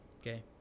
Okay